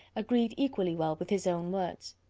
agreed equally well with his own words.